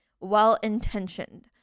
well-intentioned